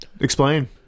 Explain